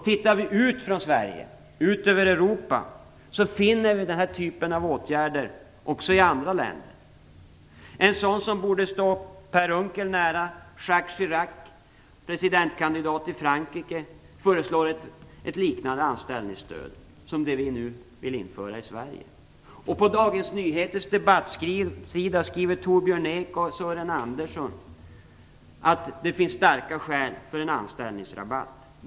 Tittar vi ut från Sverige över Europa, finner vi den typen av åtgärder även i andra länder. En person som borde stå Per Unckel nära, Jacques Chirac, presidentkandidat i Frankrike, föreslår ett liknande anställningsstöd som det vi nu vill införa i Sverige. På Dagens Nyheters debattsida skriver Torbjörn Ek och Sören Andersson att det finns starka skäl för att införa en anställningsrabatt.